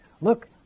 look